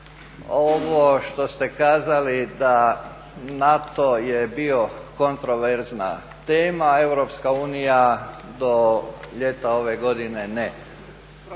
ovo što ste kazali da NATO je bio kontroverzna tema, Europska unija do ljeta ove godine ne…